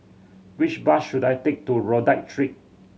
which bus should I take to Rodyk Street